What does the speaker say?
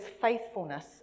faithfulness